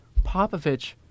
Popovich